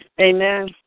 Amen